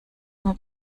nur